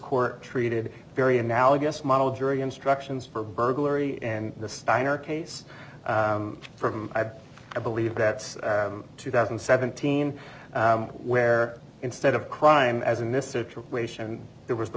court treated very analogous model jury instructions for burglary in the steiner case from i believe that's two thousand and seventeen where instead of a crime as in this situation there was the